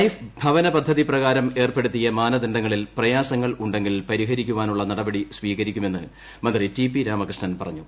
life ഭവന പദ്ധതി life ഭവന പദ്ധതി പ്രകാരം ഏർപ്പെത്തിയ മാനദണ്ഡങ്ങളിൽ പ്രയാസങ്ങൾ ഉണ്ടെങ്കിൽ പരിച്ചുരിക്കാനുള്ള നടപടി സ്വീകരിക്കുമെന്ന് മന്ത്രി ടി പി രാമകൃഷ്ണൻ പറഞ്ഞു